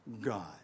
God